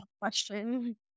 question